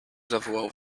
zawołał